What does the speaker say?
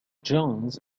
jones